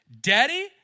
Daddy